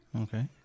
Okay